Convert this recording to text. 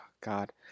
God